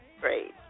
great